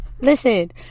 Listen